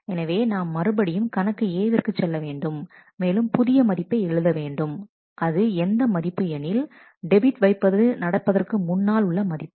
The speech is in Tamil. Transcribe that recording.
எனவே நாம் மறுபடியும் கணக்கு A விற்கு செல்ல வேண்டும் மேலும் புதிய மதிப்பை எழுத வேண்டும் அது எந்த மதிப்பு எனில் டெபிட் வைப்பது நடப்பதற்கு முன்னால் உள்ள மதிப்பு